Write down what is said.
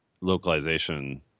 localization